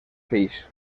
fills